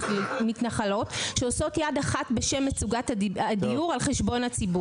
מתנחלות שעושות יד אחת בשם מצוקת הדיור על חשבון הציבור.